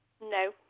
No